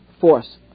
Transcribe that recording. force